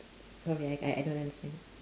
sorry I I don't understand